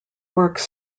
works